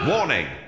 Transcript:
Warning